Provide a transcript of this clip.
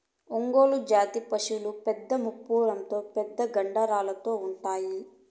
ఒంగోలు జాతి పసులు పెద్ద మూపురంతో పెద్ద కండరాలతో ఉంటాయి